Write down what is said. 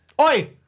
Oi